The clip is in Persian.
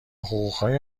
حقوقهای